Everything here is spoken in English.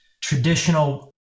traditional